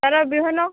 ତା'ର ବିହନ